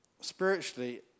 Spiritually